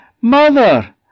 Mother